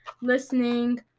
listening